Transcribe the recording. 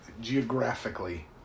geographically